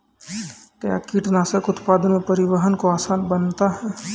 कया कीटनासक उत्पादन व परिवहन को आसान बनता हैं?